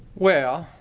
well,